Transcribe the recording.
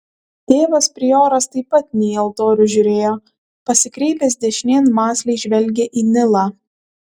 tėvas prioras taip pat ne į altorių žiūrėjo pasikreipęs dešinėn mąsliai žvelgė į nilą